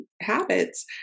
habits